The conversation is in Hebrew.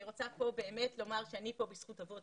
אני רוצה לומר שאני פה בזכות אבות,